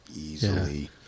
Easily